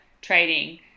trading